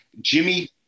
Jimmy